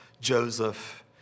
Joseph